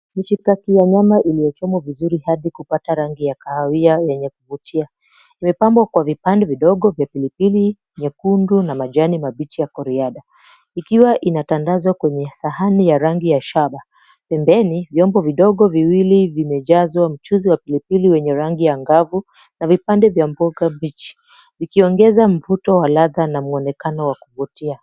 Mishikaki ya nyama i𝑙𝑖𝑦𝑜chomwa vizuri hadi kupata rangi ya kahawia yenye kuvutia. Imepambwa kwa vipande vidogo vya pilipili nyekundu na majani mabichi ya coriander ikiwa inatandazwa kwenye sahani ya rangi ya shaba. Pembeni vyombo vidogo viwili vimejazwa mchuzi wa pilipili wenye rangi angavu na vipande vya mboga mbichi, vikiongeza mvuto wa ladha na muonekano wa kuvutia.